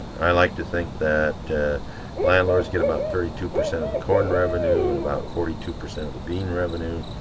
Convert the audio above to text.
i like to think that landlords get about thirty-two percent of the corn revenue, and about forty-two percent of the bean revenue.